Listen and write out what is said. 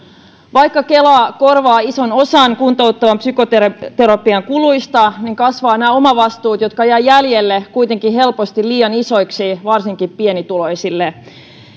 vaikka kela korvaa ison osan kuntouttavan psykoterapian kuluista niin nämä omavastuut jotka jäävät jäljelle kasvavat kuitenkin helposti liian isoiksi varsinkin pienituloisille